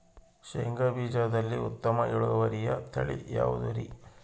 ಶೇಂಗಾ ಬೇಜದಲ್ಲಿ ಉತ್ತಮ ಇಳುವರಿಯ ತಳಿ ಯಾವುದುರಿ?